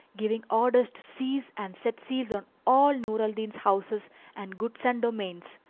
giving orders to seize and set seals on all nur al-din's houses and goods and domains.